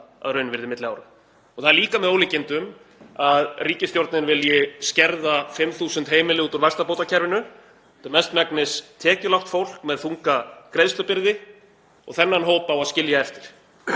að raunvirði milli ára. Það er líka með ólíkindum að ríkisstjórnin vilji skerða 5.000 heimili út úr vaxtabótakerfinu, þetta er mestmegnis tekjulágt fólk með þunga greiðslubyrði og þennan hóp á að skilja eftir.